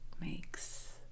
makes